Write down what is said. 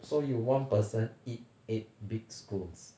so you one person eat eight big scones